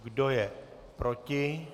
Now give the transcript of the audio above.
Kdo je proti?